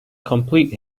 complete